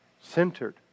centered